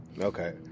Okay